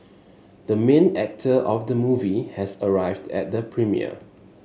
the main actor of the movie has arrived at the premiere